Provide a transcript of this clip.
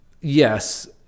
yes